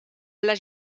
les